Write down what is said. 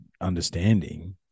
understanding